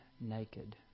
naked